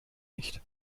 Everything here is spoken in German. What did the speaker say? nicht